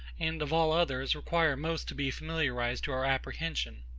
and of all others, require most to be familiarised to our apprehension.